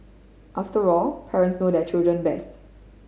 after all parents know their children best